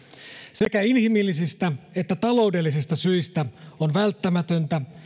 sekä inhimillisistä että taloudellisista syistä on välttämätöntä